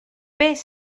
beth